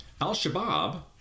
Al-Shabaab